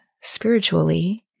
spiritually